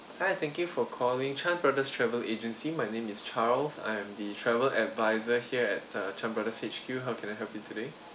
hi thank you for calling chan brothers travel agency my name is charles I am the travel advisor here at the chan brothers H_Q how can I help you today